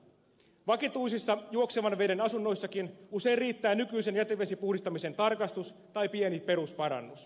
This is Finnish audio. vakituisissa juoksevan veden asunnoissakin usein riittää nykyisen jäteveden puhdistamisen tarkastus tai pieni perusparannus